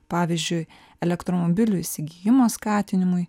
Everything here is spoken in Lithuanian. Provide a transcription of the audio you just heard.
pavyzdžiui elektromobilių įsigijimo skatinimui